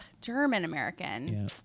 German-American